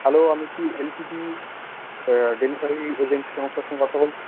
hello আমি কি LPG delivery agent সংস্থার সঙ্গে কথা বলছি